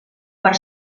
per